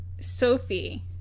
Sophie